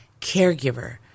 caregiver